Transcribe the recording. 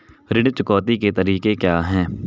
ऋण चुकौती के तरीके क्या हैं?